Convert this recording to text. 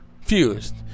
fused